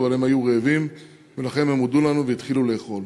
אבל הם היו רעבים ולכן הם הודו לנו והתחילו לאכול.